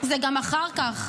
זה גם אחר כך.